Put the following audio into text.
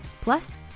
Plus